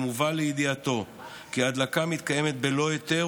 הובא לידיעתו כי ההדלקה מתקיימת בלא היתר,